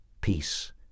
Peace